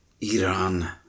Iran